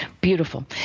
Beautiful